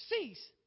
cease